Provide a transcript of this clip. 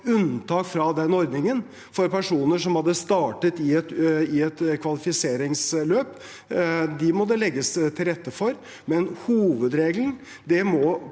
unntak fra den ordningen for personer som hadde startet i et kvalifiseringsløp. Dem må det legges til rette for. Hovedregelen må